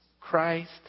Christ